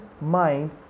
mind